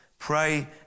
Pray